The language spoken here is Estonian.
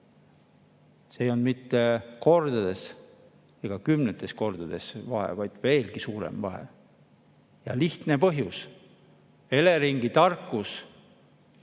ei olnud mitte kordades ega kümnetes kordades, vaid veelgi suurem. Ja lihtne põhjus: Eleringi tarkus!